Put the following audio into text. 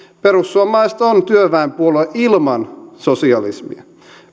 perussuomalaiset on työväenpuolue ilman sosialismia